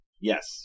Yes